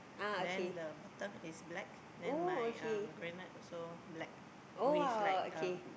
then the bottom is black then my um grenade also black with like um